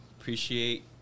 Appreciate